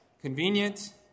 convenient